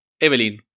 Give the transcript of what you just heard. Evelyn